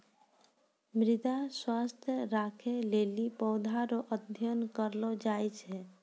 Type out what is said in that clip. मृदा स्वास्थ्य राखै लेली पौधा रो अध्ययन करलो जाय छै